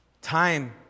time